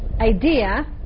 idea